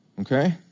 Okay